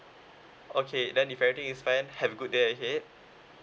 okay then if everything is fine have a good day ahead